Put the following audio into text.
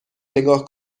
نگاه